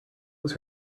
was